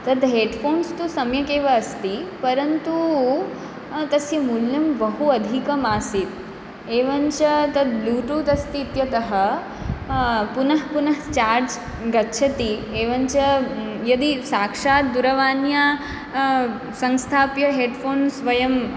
तत् हेड्फोन्स् तु सम्यकेव अस्ति परन्तु तस्य मूल्यं बहु अधिकं आसीत् एवञ्च तद् ब्लूटूत् अस्ति इत्यतः पुनः पुनः चार्ज् गच्छति एवञ्च यदि साक्षात् दूरवाण्या संस्थाप्य हेड्फोन्स् वयं